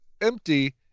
empty